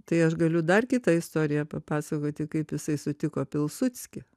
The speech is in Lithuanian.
tai aš galiu dar kitą istoriją papasakoti kaip jisai sutiko pilsudskį